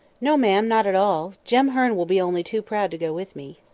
no, ma'am, not at all jem hearn will be only too proud to go with me.